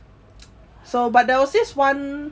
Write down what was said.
so but there was this one